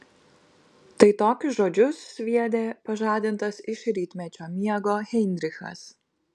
tai tokius žodžius sviedė pažadintas iš rytmečio miego heinrichas